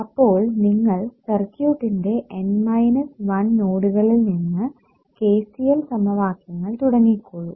അപ്പോൾ നിങ്ങൾ സർക്യൂട്ടിന്റെ N മൈനസ് 1 നോഡുകളിൽ നിന്ന് KCL സമവാക്യങ്ങൾ തുടങ്ങിക്കോളു